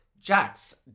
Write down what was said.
Jax